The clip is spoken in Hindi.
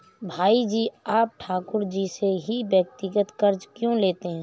भाई जी आप ठाकुर जी से ही व्यक्तिगत कर्ज क्यों लेते हैं?